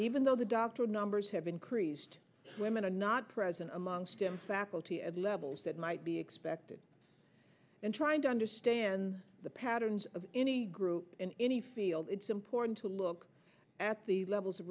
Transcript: even though the dr numbers have increased women are not present amongst him faculty at levels that might be expected in trying to understand the patterns of any group in any field it's important to look at the levels of